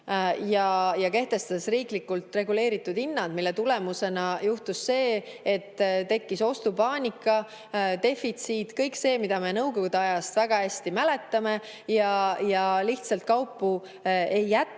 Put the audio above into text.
kehtestas riiklikult reguleeritud hinnad, mille tulemusena juhtus see, et tekkis ostupaanika, defitsiit, kõik see, mida me Nõukogude ajast väga hästi mäletame, ja lihtsalt kaupu ei jätku.